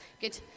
Good